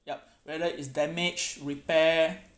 yup whether it's damage repair